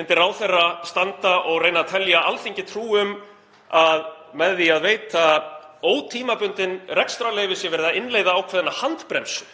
myndi ráðherra standa og reyna að telja Alþingi trú um að með því að veita ótímabundin rekstrarleyfi sé verið að innleiða ákveðna handbremsu,